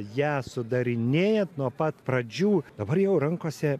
ją sudarinėjant nuo pat pradžių dabar jo rankose